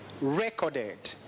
recorded